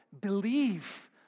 believe